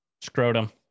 Scrotum